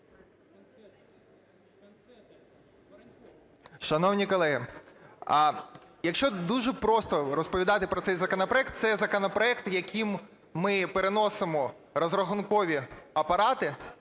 Шановні колеги, а якщо дуже просто розповідати про цей законопроект – це законопроект, яким ми переносимо розрахункові апарати